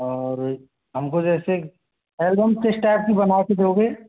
और हम को जैसे एलबम किस टाइप की बना के दोगे